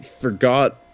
forgot